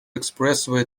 expressway